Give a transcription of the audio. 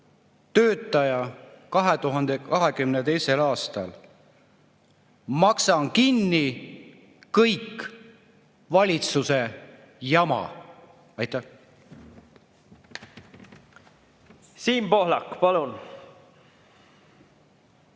töötaja 2022. aastal. Maksan kinni kõik valitsuse jama. Aitäh! Siim Pohlak, palun!